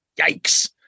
Yikes